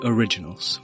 Originals